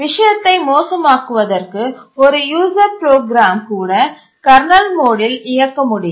விஷயத்தை மோசமாக்குவதற்கு ஒரு யூசர் ப்ரோக்ராம் கூட கர்னல் மோடில் இயக்க முடியும்